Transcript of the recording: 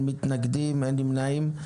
אין מתנגדים, אין נמנעים.